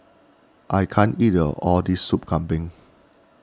I can't eat the all this Soup Kambing